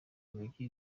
urugi